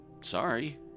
Sorry